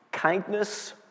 Kindness